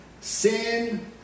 sin